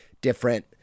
different